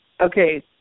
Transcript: Okay